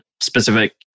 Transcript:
specific